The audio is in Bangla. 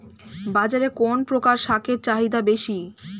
বাজারে কোন প্রকার শাকের চাহিদা বেশী?